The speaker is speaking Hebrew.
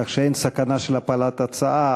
כך שאין סכנה של הפלת הצעה,